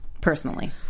personally